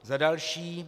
Za další.